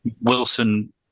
Wilson